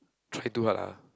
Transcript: try do what ah